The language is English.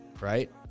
right